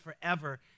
forever